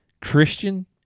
Christian